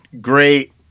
great